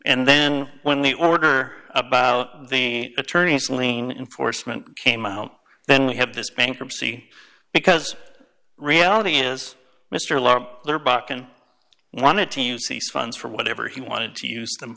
and then when the order about the attorney's lien enforcement came out then we have this bankruptcy because reality is mr law there bokken wanted to use these funds for whatever he wanted to use them